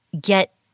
get